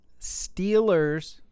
Steelers